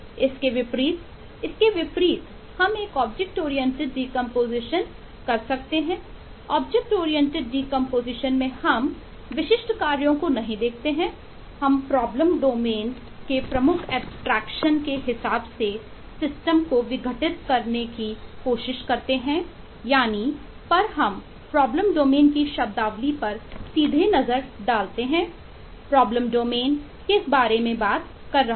इसके विपरीत इसके विपरीत हम एक ऑब्जेक्ट ओरिएंटेड डीकंपोजिशन किस बारे में बात कर रहा है